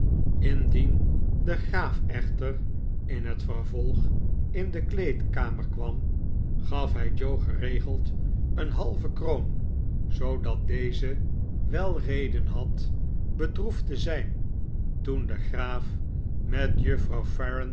indien de graaf echter in t vervolg in de kleedkamer kwam gaf hij joe geregeld eene halve kroon zoodat deze wel reden had beeen ongeval dat echtbe goed afloopt droefd te zijn toen de graaf met juffrouw